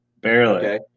Barely